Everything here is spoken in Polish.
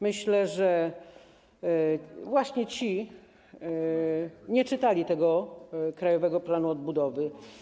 Myślę, że właśnie oni nie czytali krajowego planu odbudowy.